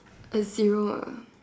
a zero ah